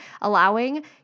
allowing